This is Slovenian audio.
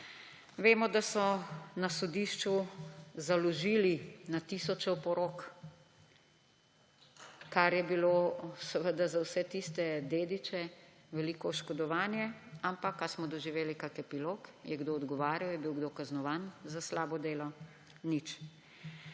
Vemo, da so na sodišču založili na tisoče oporok, kar je bilo seveda za vse tiste dediče veliko oškodovanje, ampak − ali smo doživeli kakšen epilog? Je kdo odgovarjal? Je bil kdo kaznovan za slabo delo? Nič.